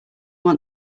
want